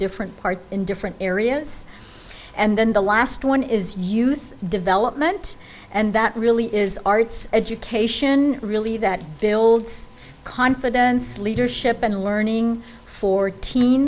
different parts in different areas and then the last one is youth development and that really is arts education really that builds confidence leadership and learning fo